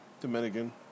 Dominican